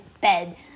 bed